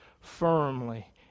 firmly